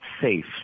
safe